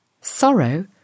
Sorrow